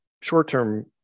short-term